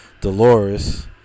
Dolores